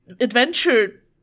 adventure